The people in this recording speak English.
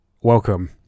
Welcome